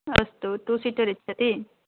अस्तु two seater इच्छति